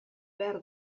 behar